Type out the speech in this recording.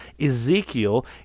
Ezekiel